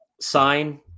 Sign